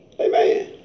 Amen